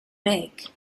make